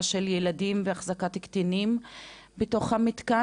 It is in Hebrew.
של ילדים והחזקת קטינים בתוך המתקן?